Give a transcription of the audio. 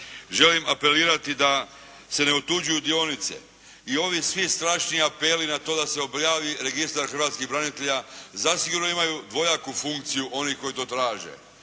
Želim apelirati da se ne otuđuju dionice. I ovi svi strašni apeli na to da se objavi registar hrvatskih branitelja zasigurno imaju dvojaku funkciju oni koji to traže.